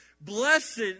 Blessed